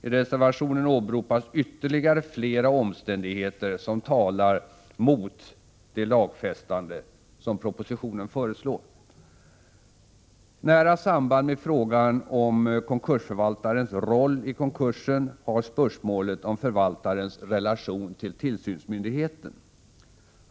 I reservationen åberopas ytterligare flera omständigheter som talar emot det lagfästande som propositionen föreslår. Nära samband med frågan om konkursförvaltarens roll i konkursen har spörsmålet om förvaltarens relation till tillsynsmyndigheten.